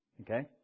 okay